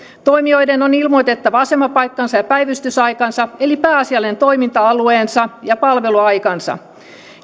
toimijoiden on ilmoitettava asemapaikkansa ja päivystysaikansa eli pääasiallinen toiminta alueensa ja palveluaikansa